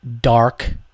dark